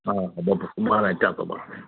हा भले सुभाणे अचां थो मां